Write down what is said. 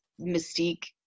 mystique